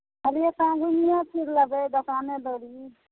कहलिए तऽ हँ घुमिए फिरि लेबै दोकाने दौरी